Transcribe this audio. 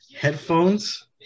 headphones